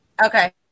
Okay